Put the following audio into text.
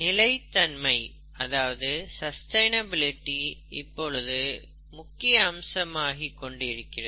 நிலைத்தன்மை இப்பொழுது முக்கிய அம்சமாகிக்கொண்டு இருக்கிறது